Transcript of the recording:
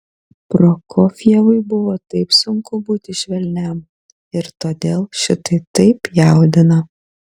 prokofjevui buvo taip sunku būti švelniam ir todėl šitai taip jaudina